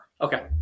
Okay